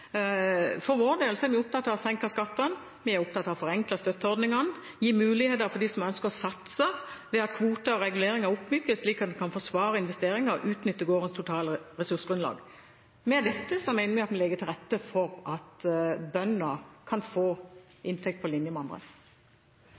For vår del er vi opptatt av å senke skattene. Vi er opptatt av forenklede støtteordninger, å gi muligheter for dem som ønsker å satse ved at kvoter og reguleringer oppmykes slik at en kan forsvare investeringer og utnytte gårdens totale ressursgrunnlag. Med dette mener vi at vi legger til rette for at bønder kan få